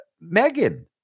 Megan